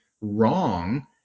wrong